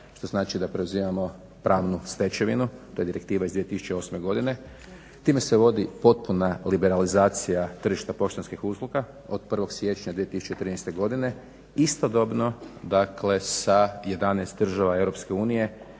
što znači da preuzimamo pravnu stečevinu, to je direktiva iz 2008. godine. Time se uvodi potpuna liberalizacija tržišta poštanskih usluga od 1. siječnja 2013. godine istodobno sa 11 država EU koje